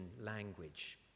language